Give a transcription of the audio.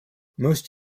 most